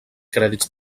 crèdits